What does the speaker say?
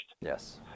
Yes